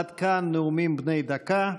עד כאן נאומים בני דקה.